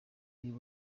uyu